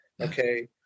okay